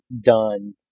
done